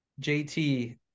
JT